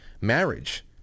marriage